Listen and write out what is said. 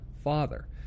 Father